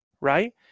right